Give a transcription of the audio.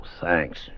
thanks